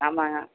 ஆமாங்க